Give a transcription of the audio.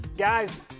Guys